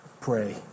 pray